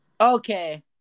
Okay